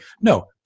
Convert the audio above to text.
No